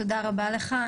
תודה רבה לך.